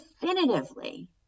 definitively